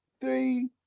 Three